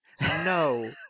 No